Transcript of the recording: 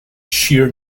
sheer